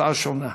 הצעה שונה.